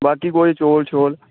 बाकी कोई चौल शोल